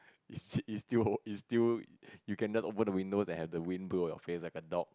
it's it's still it's still you can just open the window and have the wind blow at your face like a dog